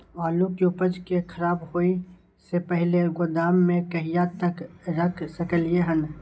आलु के उपज के खराब होय से पहिले गोदाम में कहिया तक रख सकलिये हन?